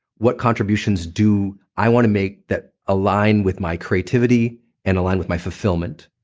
what contributions do i want to make that align with my creativity and align with my fulfillment?